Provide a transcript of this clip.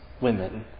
women